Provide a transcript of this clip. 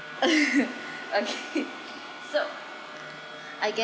okay so I